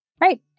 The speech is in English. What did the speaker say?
Right